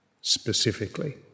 specifically